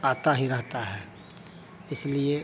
आता ही रहता है इसलिए